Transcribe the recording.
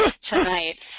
tonight